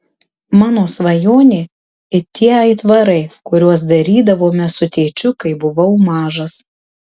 mano svajonė it tie aitvarai kuriuos darydavome su tėčiu kai buvau mažas